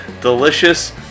delicious